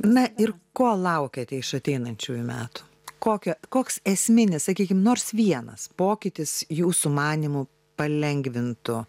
na ir ko laukiate iš ateinančiųjų metų kokią koks esminis sakykim nors vienas pokytis jūsų manymu palengvintų